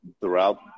throughout